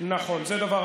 בשבוע הבא